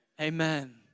Amen